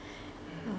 uh